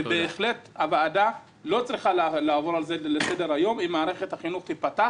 ובהחלט הוועדה לא צריכה לעבור על זה לסדר-היום אם מערכת החינוך תיפתח